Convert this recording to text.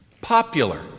Popular